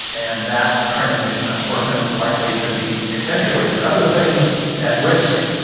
and that trend is unfortunately likely to be accentuated. other things at risk,